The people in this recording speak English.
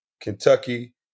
Kentucky